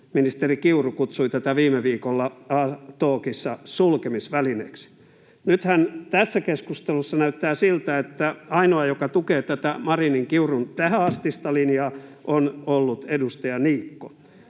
ministeri Kiuru kutsui tätä viime viikolla A-talkissa sulkemisvälineeksi. Nythän tässä keskustelussa näyttää siltä, että ainoa, joka tukee tätä Marinin—Kiurun tä- hänastista linjaa, on ollut edustaja Niikko.